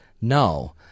no